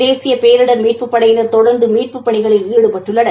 தேசிய பேரிடர் மீட்புப் படையினர் தொடர்ந்து மீட்புப் பணியில் ஈடுபட்டுள்ளனர்